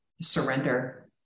surrender